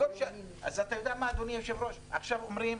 עכשיו אומרים: